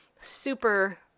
super